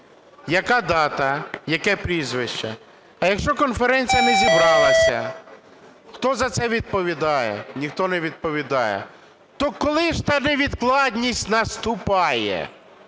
Яка дата? Яке прізвище? А якщо конференція не зібралася, хто за це відповідає? Ніхто не відповідає. То коли ж та невідкладність наступає?